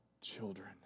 children